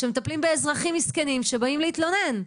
שמטפלים באזרחים מסכנים שבאים להתלונן.